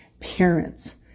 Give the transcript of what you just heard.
parents